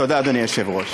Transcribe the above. תודה, אדוני היושב-ראש.